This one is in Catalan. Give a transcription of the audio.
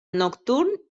nocturn